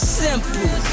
simple